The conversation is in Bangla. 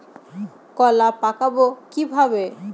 কলা পাকাবো কিভাবে?